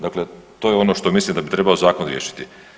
Dakle, to je ono što mislim da bi trebao zakon riješiti.